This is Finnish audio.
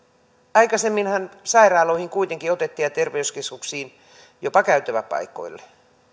aikaisemminhan sairaaloihin ja terveyskeskuksiin kuitenkin otettiin jopa käytäväpaikoille